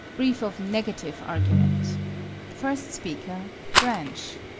brief of negative argument first speaker branch